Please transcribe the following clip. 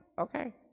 okay